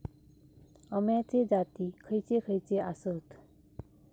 अम्याचे जाती खयचे खयचे आसत?